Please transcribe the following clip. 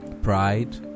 pride